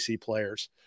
players